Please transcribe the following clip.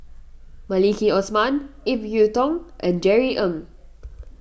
Maliki Osman Ip Yiu Tung and Jerry Ng